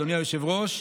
אדוני היושב-ראש,